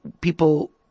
people